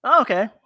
Okay